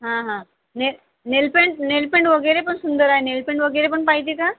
हां हां ने नेलपेंट नेलपेंट वगैरे पण सुंदर आहे नेलपेंट वगैरे पण पाहिजे का